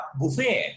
buffet